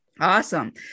Awesome